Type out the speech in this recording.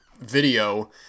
video